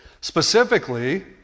Specifically